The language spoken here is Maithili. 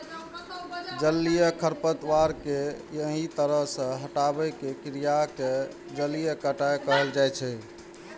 जलीय खरपतवार कें एहि तरह सं हटाबै के क्रिया कें जलीय कटाइ कहल जाइ छै